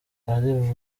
ari